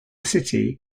city